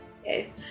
Okay